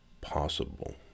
possible